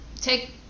Take